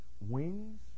wings